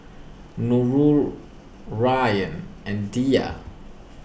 Nurul Ryan and Dhia